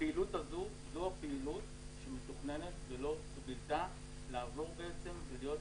הפעילות הזו זו הפעילות שמתוכננת לעבור ולהיות